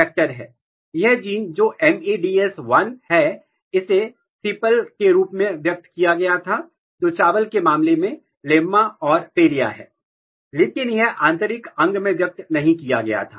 यह जीन जो MADS 1 है इसे सीपाल के रूप में व्यक्त किया गया था जो चावल के मामले में लेम्मा और palea है लेकिन यह आंतरिक अंग में व्यक्त नहीं किया गया था